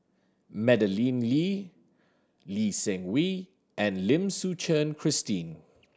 Madeleine Lee Lee Seng Wee and Lim Suchen Christine